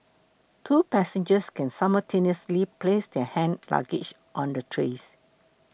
two passengers can simultaneously place their hand luggage on the trays